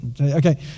Okay